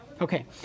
Okay